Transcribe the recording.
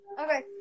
okay